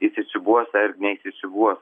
įsisiūbuos neįsisiūbuos